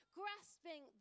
grasping